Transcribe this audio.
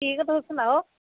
ठीक ऐ तुस सनाओ